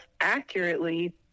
accurately